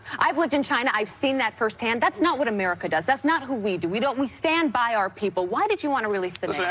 i've lived in china i've seen that firsthand. that's not what america does. that's not who we do we don't we stand by our people why did you want to release them